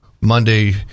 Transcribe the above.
Monday